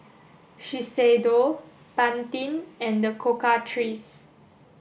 Shiseido Pantene and the Cocoa Trees